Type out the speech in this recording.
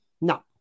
no